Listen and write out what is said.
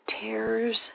tears